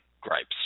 gripes